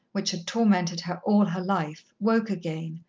which had tormented her all her life, woke again.